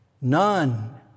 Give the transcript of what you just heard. none